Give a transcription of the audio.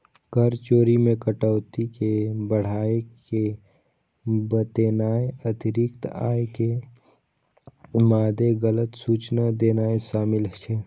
कर चोरी मे कटौती कें बढ़ाय के बतेनाय, अतिरिक्त आय के मादे गलत सूचना देनाय शामिल छै